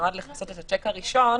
שנועד לכסות את השיק הראשון,